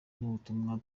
n’ubutumwa